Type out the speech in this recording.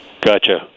Gotcha